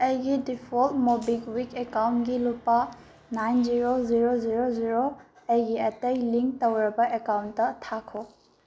ꯑꯩꯒꯤ default MobiKwik ꯑꯦꯀꯥꯎꯟꯒꯤ ꯂꯨꯄꯥ nine zero zero zero zero ꯑꯩꯒꯤ ꯑꯇꯩ ꯂꯤꯡ ꯇꯧꯔꯕ ꯑꯦꯀꯥꯎꯟꯇ ꯊꯥꯈꯣ